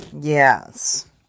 Yes